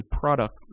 product